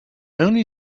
only